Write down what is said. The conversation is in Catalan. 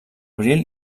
abril